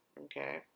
Okay